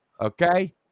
Okay